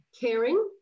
Caring